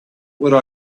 would